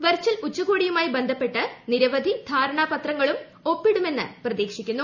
virtual ഉച്ചകോടിയുമായി ബന്ധപ്പെട്ട് നിരവധി പ്രാര്ണാപത്രങ്ങളും ഒപ്പിടുമെന്ന് പ്രതീക്ഷിക്കുന്നു